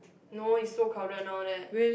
no it's so crowded now there